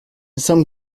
some